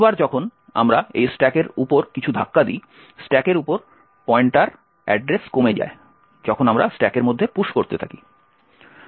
প্রতিবার যখন আমরা এই স্ট্যাকের উপর কিছু ধাক্কা দিই স্ট্যাকের উপর পয়েন্টার অ্যাড্রেস কমে যায় যখন আমরা স্ট্যাকের মধ্যে পুশ করতে থাকি